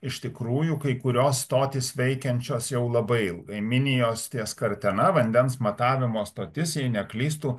iš tikrųjų kai kurios stotys veikiančios jau labai ilgai minijos ties kartena vandens matavimo stotis jei neklystu